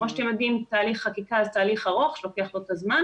כמו שאתם יודעים תהליך חקיקה הוא ארוך שלוקח זמן,